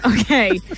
okay